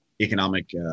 economic